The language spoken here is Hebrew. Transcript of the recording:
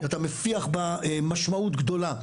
אתה מפיח בה משמעות גדולה,